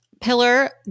pillar